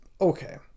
okay